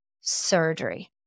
surgery